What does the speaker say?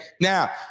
now